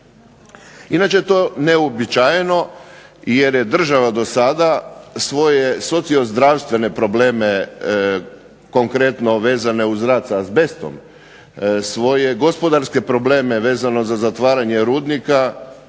Inače to je neuobičajeno jer je država do sada svoje socio-zdravstvene probleme konkretno vezane uz rad sa azbestom, svoje gospodarske probleme vezano za zatvaranje rudnika,